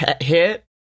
hit